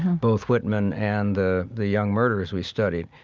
both whitman and the the young murderers we studied.